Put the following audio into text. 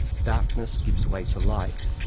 darkness gives way to light,